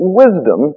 wisdom